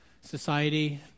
society